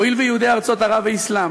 הואיל ויהודי ארצות ערב ואסלאם,